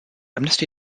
amnesty